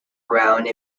around